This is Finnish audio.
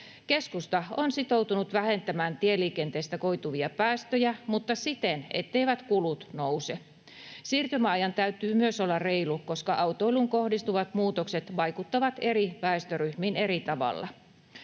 Keskusta on sitoutunut vähentämään tieliikenteestä koituvia päästöjä, mutta siten, etteivät kulut nousee. Siirtymäajan täytyy myös olla reilu, koska autoiluun kohdistuvat muutokset vaikuttavat eri väestöryhmiin eri tavalla.